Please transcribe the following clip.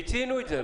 מיצינו את זה.